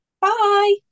Bye